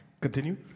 Continue